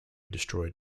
destroyed